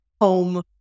home